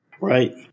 Right